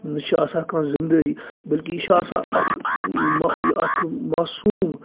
نَہ چھِ آسان کانٛہہ ذمہٕ دٲری بٔلکہِ یہِ چھ آسان اَکھ اَکھ موسوم